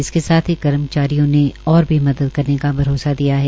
इसके साथ ही कर्मचारियों ने और भी मदद करने का भरोसा दिया है